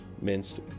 minced